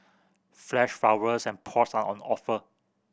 fresh flowers and pots are on offer